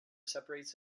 separates